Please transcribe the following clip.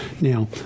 Now